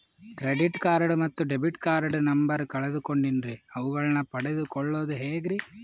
Credit card ಮತ್ತು debit card number ಕಳೆದುಕೊಂಡಿನ್ರಿ ಅವುಗಳನ್ನ ಪಡೆದು ಕೊಳ್ಳೋದು ಹೇಗ್ರಿ?